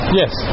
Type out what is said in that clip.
yes